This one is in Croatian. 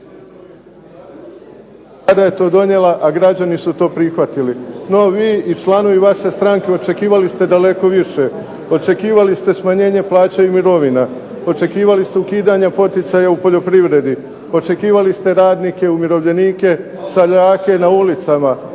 kada je to donijela, a građani su to prihvatili. No vi i članovi vaše stranke očekivali ste daleko više. Očekivali ste smanjenje plaća i mirovina, očekivali ste ukidanje poticaja u poljoprivredi, očekivali ste radnike, umirovljenike, seljake na ulicama,